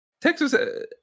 Texas